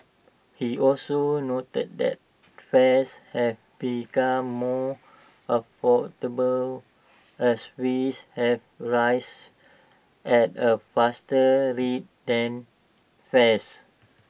he also noted that fares have become more affordable as wages have rise at A faster rate than fares